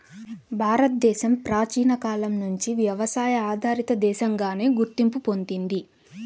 భారతదేశం ప్రాచీన కాలం నుంచి వ్యవసాయ ఆధారిత దేశంగానే గుర్తింపు పొందింది